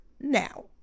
now